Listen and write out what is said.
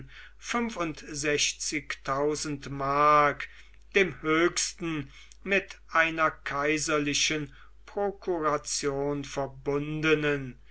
mark dem höchsten mit einer kaiserlichen prokuration verbundenen